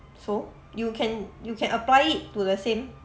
so you can you can apply it to the same